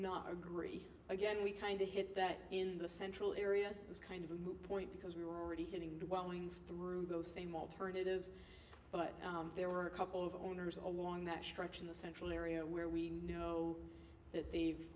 not agree again we kind of hit that in the central area was kind of a moot point because we were already hitting through those same alternatives but there were a couple of owners along that stretch in the central area where we know that they've